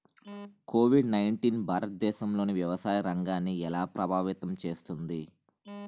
Covid nineteen భారతదేశంలోని వ్యవసాయ రంగాన్ని ఎలా ప్రభావితం చేస్తుంది?